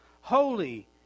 Holy